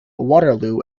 waterloo